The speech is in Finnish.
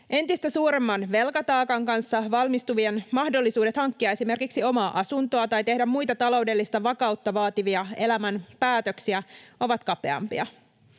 Entistä suuremman velkataakan kanssa valmistuvien mahdollisuudet hankkia esimerkiksi omaa asuntoa tai tehdä muita taloudellista vakautta vaativia elämän päätöksiä ovat kapeampia.